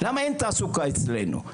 תעסוקה אצלנו?